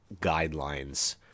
guidelines